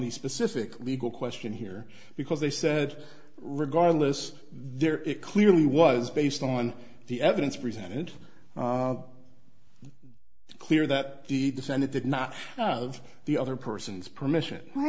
the specific legal question here because they said regardless there it clearly was based on the evidence presented clear that the senate did not have the other person's permission